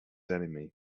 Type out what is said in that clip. enemy